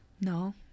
No